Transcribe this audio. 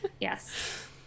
Yes